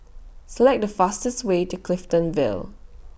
Select The fastest Way to Clifton Vale